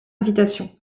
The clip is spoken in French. invitation